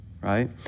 right